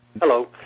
Hello